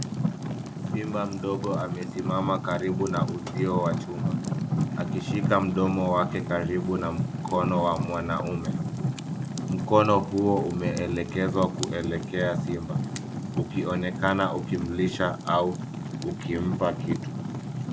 Simba mdogo amesimama karibu na uzio wa chuma akishika mdomo wake karibu na mkono wa mwanaume. Mkono huo umeelekezwa kuelekea simba ukionekana ukimlisha au ukimpa kitu.